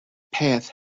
path